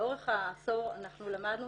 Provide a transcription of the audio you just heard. לאורך העשור אנחנו למדנו